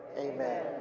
Amen